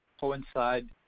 coincide